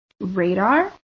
radar